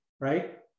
right